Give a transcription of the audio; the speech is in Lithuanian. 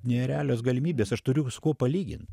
nerealios galimybės aš turiu su kuo palygint